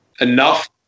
Enough